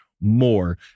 more